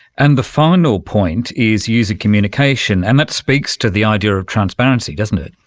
and the final point is using communication, and that speaks to the idea of transparency, doesn't it.